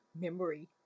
memory